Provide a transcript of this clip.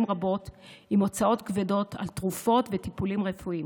רבות עם הוצאות כבדות על תרופות וטיפולים רפואיים